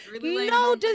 no